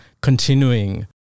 continuing